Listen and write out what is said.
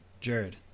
Jared